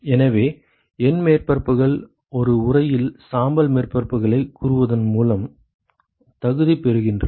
எனவே N மேற்பரப்புகள் ஒரு உறையில் சாம்பல் மேற்பரப்புகளைக் கூறுவதன் மூலம் தகுதி பெறுகின்றன